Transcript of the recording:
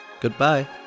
Goodbye